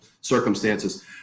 circumstances